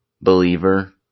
believer